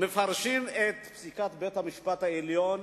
שמפרשים את פסיקת בית-המשפט העליון